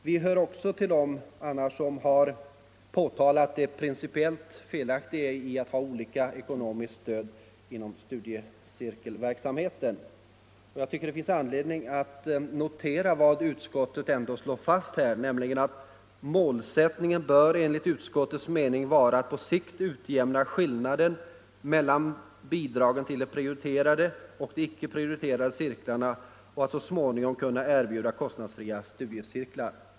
Vi hör annars till dem som påtalat det principiellt felaktiga i att ha olika ekonomiska stöd inom studiecirkelverksamheten. Jag tycker att det finns anledning att notera att utskottet här ändå slår fast: ”Målsättningen bör enligt utskottets mening vara att på sikt utjämna skillnaden mellan bidragen till de prioriterade och de icke prioriterade cirklarna och att så småningom kunna erbjuda kostnadsfria cirkelstudier.